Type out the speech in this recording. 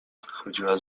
chodziła